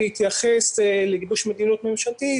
בהתייחס לגיבוש מדיניות ממשלתית,